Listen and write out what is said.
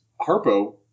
Harpo